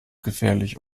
gefährlich